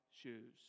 shoes